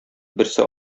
берсе